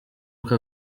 uko